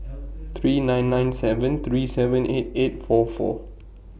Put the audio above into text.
three nine nine seven three seven eight eight four four